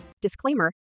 Disclaimer